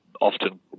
often